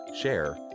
share